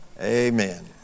Amen